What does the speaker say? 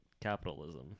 capitalism